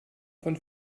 von